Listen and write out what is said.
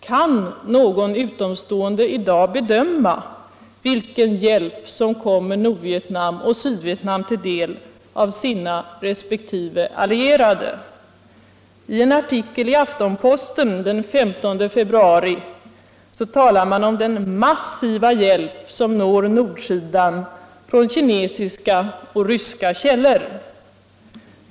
Kan någon utomstående i dag bedöma vilken hjälp som kommer Nordvietnam och Sydvietnam till del av deras resp. allierade? I en artikel i Aftenposten den 15 februari talar man om den massiva hjälp som når nordsidan från kinesiska och ryska källor.